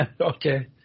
Okay